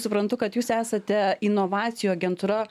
suprantu kad jūs esate inovacijų agentūra